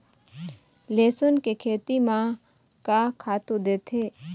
लेसुन के खेती म का खातू देथे?